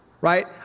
right